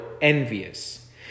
envious